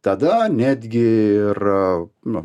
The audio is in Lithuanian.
tada netgi ir nu